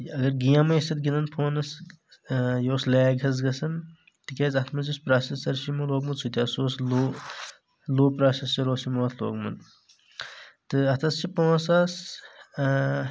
اگر گیم ٲسۍ اتھ گِنٛدان فونس یہِ اوس لیگ حظ گژھان تِکیٛازِ اتھ منٛز یُس پروسیسر چھُ یِمو لوگمُت سُہ تہِ ہسا اوس لو لو پروسیسر اوس یِمو اتھ لوگمُت تہٕ اتھ حظ چھِ پانٛژھ ساس